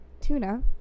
tuna